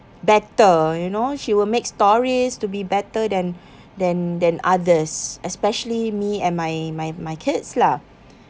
better you know she will make stories to be better than than than others especially me and my my my kids lah